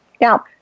Now